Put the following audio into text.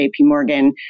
JPMorgan